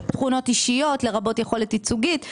תכונות אישיות לרבות יכולת ייצוגית,